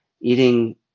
eating